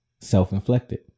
self-inflicted